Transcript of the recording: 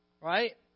Right